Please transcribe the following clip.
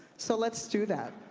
so let's do that.